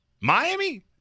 Miami